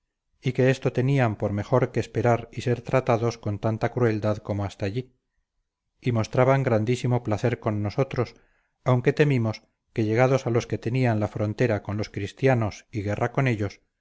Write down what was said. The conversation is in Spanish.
y que esto tenían por mejor que esperar y ser tratados con tanta crueldad como hasta allí y mostraban grandísimo placer con nosotros aunque temimos que llegados a los que tenían la frontera con los cristianos y guerra con ellos